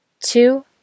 two